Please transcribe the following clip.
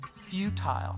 futile